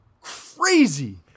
crazy